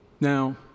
Now